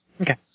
Okay